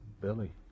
Billy